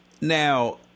now